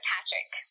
Patrick